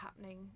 happening